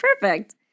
perfect